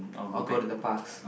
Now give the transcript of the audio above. or go to the past